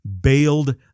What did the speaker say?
bailed